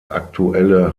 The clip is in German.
aktuelle